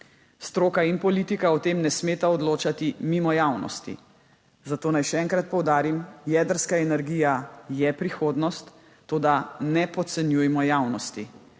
Stroka in politika o tem ne smeta odločati mimo javnosti. Zato naj še enkrat poudarim: jedrska energija je prihodnost, toda ne podcenjujmo javnosti.